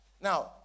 Now